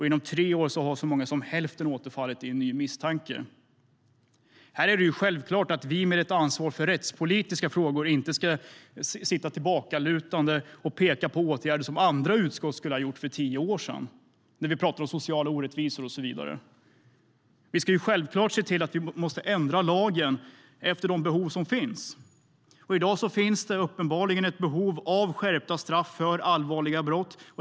Inom tre år har så många som hälften återfallit i ny misstanke. Här är det självklart att vi med ansvar för rättspolitiska frågor inte ska sitta tillbakalutade och peka på åtgärder som andra utskott skulle ha vidtagit för tio år sedan, när vi talar om sociala orättvisor och så vidare. Vi ska självklart se till att ändra lagen efter de behov som finns. I dag finns det uppenbarligen ett behov av skärpta straff för allvarliga brott.